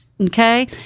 okay